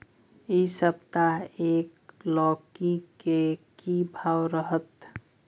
इ सप्ताह एक लौकी के की भाव रहत?